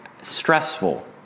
stressful